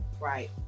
right